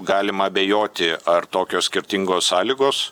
galima abejoti ar tokios skirtingos sąlygos